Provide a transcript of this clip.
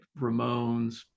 Ramones